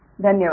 धन्यवाद